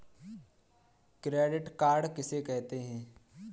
Credit card किसे कहते हैं?